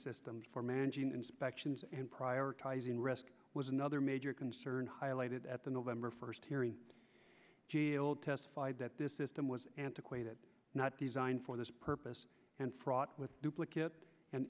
systems for managing inspections and prioritizing risk was another major concern highlighted at the november first hearing old testified that this system was antiquated not designed for this purpose and fraught with duplicate and